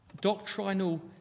doctrinal